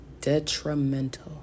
detrimental